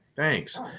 Thanks